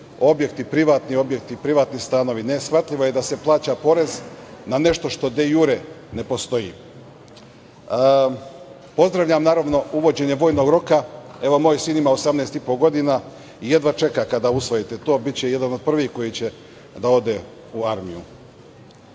privatni objekti, privatni stanovi. Neshvatljivo je da se plaća porez na nešto što de jure ne postoji. Pozdravljam naravno uvođenje vojnog roka. Evo moj sin ima 18,5 godina i jedva čeka kada usvojite to. Biće jedan od prvih koji će da ode u armiju. Borba